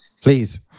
please